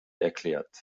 erklärt